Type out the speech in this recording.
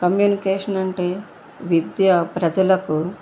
communication అంటే విద్య ప్రజలకు